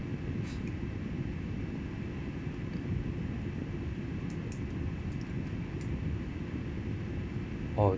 oh